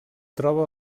troba